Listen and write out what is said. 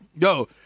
Yo